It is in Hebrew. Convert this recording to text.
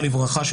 זיכרונה לברכה,